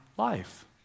life